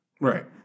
Right